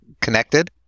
connected